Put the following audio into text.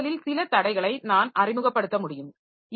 இந்த வாசலில் சில தடைகளை நான் அறிமுகப்படுத்த முடியும்